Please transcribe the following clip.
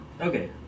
Okay